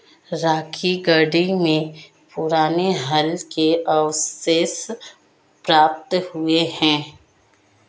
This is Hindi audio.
राखीगढ़ी में पुराने हल के अवशेष प्राप्त हुए हैं